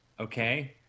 okay